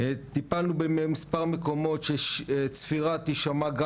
טיפלנו במספר מקומות שצפירה תישמע גם